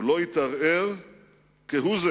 הוא לא התערער כהוא-זה